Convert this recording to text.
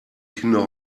kinder